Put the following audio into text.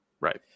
Right